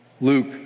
Luke